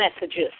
messages